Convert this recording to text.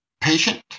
patient